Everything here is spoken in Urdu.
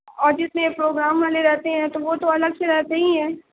اور جتنے پروگرام والے رہتے ہیں تو وہ تو الگ سے رہتے ہی ہیں